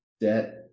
debt